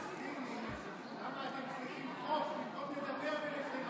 רק תסביר לי למה אתם צריכים חוק במקום לדבר ביניכם.